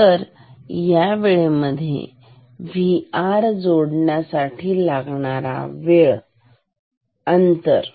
तर या वेळेमध्ये Vr जोडण्यासाठी लागणारा वेळ अंतर